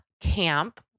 camp